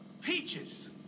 peaches